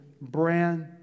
brand